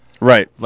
Right